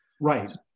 Right